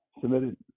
submitted